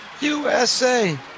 USA